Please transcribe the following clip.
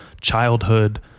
childhood